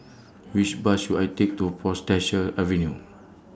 Which Bus should I Take to Portchester Avenue